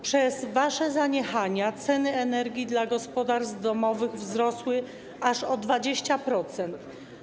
Przez wasze zaniechania ceny energii dla gospodarstw domowych wzrosły aż o 20%.